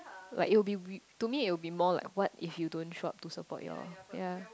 like it'll be we to me it'll be more like what if you don't show up to support your ya